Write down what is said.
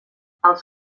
els